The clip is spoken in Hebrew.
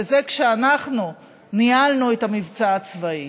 וזה כשאנחנו ניהלנו את המבצע הצבאי.